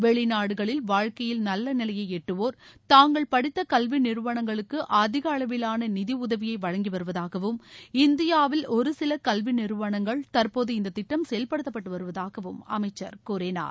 வெளிநாடுகளில் வாழ்க்கையில் நல்ல நிலையை எட்டுவோா் தாங்கள் படித்த கல்வி நிறுவனங்களுக்கு அதிக அளவிலாள நிதி உதவியை வழங்கிவருவதாகவும் இந்தியாவில் ஒரு சில கல்வ நிறுவனங்கள் தற்போது இந்த திட்டம் செயல்படுத்தப்பட்டுவருவதாகவும் அமைச்சர் கூறினார்